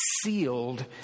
sealed